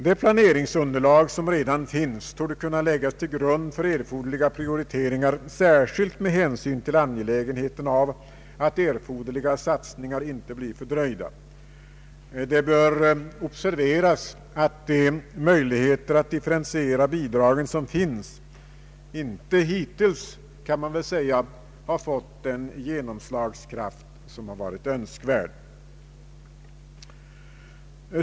Det planeringsunderlag som redan Ang. regionalpolitiken finns torde kunna läggas till grund för erforderliga prioriteringar särskilt med hänsyn till angelägenheten av att nödvändiga satsningar inte blir fördröjda. Det bör observeras att de möjligheter att differentiera bidragen som finns inte har fått den genomslagskraft som varit önskvärd.